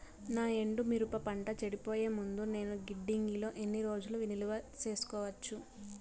నా ఎండు మిరప పంట చెడిపోయే ముందు నేను గిడ్డంగి లో ఎన్ని రోజులు నిలువ సేసుకోవచ్చు?